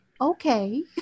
okay